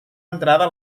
entrada